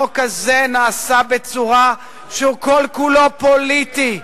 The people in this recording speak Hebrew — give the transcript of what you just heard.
החוק הזה נעשה בצורה שהוא כל כולו פוליטי.